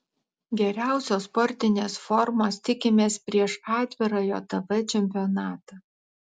geriausios sportinės formos tikimės prieš atvirą jav čempionatą